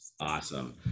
Awesome